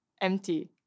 empty